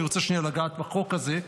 אני רוצה שנייה לגעת בחוק הזה,